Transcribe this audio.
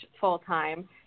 full-time